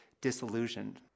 disillusioned